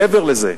מעבר לזה,